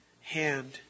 hand